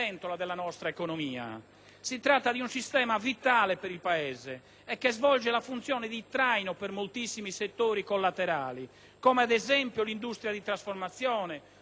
Si tratta di un sistema vitale per il Paese che svolge la funzione di traino per moltissimi settori collaterali, come, ad esempio, l'industria di trasformazione, l'agroindustria, il turismo.